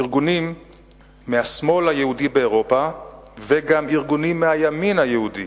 ארגונים מהשמאל היהודי באירופה וגם ארגונים מהימין היהודי